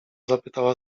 zapytała